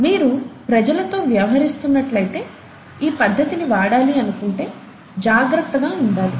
మీరు ప్రజలతో వ్యవహరిస్తున్నట్లైతే ఈ పద్దతి ని వాడాలి అనుకుంటే జాగ్రత్తగా ఉండాలి